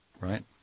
right